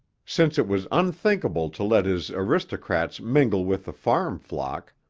since it was unthinkable to let his aristocrats mingle with the farm flock,